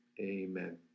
amen